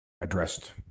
Addressed